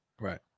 Right